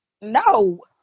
No